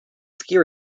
ski